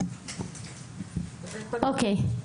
(אומרת דברים בשפת הסימנים,